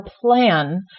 plan